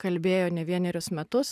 kalbėjo ne vienerius metus